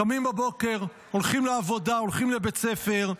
קמים בבוקר, הולכים לעבודה, הולכים לבית-ספר,